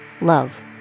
Love